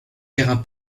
terrain